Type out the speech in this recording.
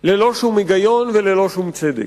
ללא שום היגיון וללא שום צדק.